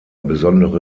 besondere